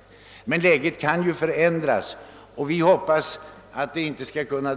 Först när läget har förändrats kan vi hoppas, att det återigen kan